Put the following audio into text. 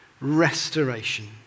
restoration